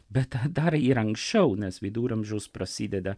bet dar ir anksčiau nes viduramžius prasideda